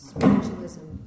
Spiritualism